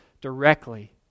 directly